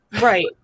Right